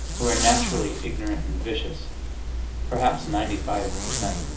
who are naturally ignorant and vicious perhaps ninety five per cent.